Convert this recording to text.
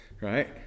right